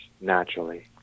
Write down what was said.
naturally